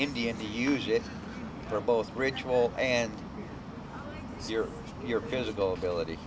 indian to use it for both ritual and zero your physical ability